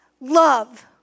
love